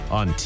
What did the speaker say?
on